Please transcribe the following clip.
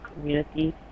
community